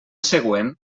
següent